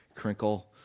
crinkle